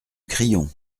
crillon